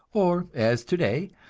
or as today,